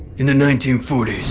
in the nineteen forty s,